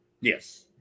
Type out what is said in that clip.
Yes